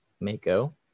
mako